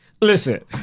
listen